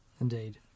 Indeed